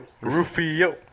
Rufio